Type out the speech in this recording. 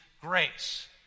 grace